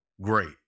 great